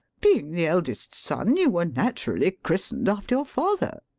being the eldest son you were naturally christened after your father.